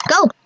Go